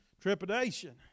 Trepidation